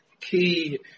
key